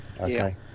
Okay